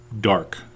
dark